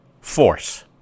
force